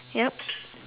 yup